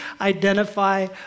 identify